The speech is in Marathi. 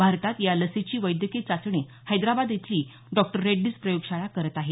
भारतात या लसीची वैद्यकीय चाचणी हैदराबाद इथली डॉ रेड्डीज प्रयोगशाळा करत आहे